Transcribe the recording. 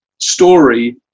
story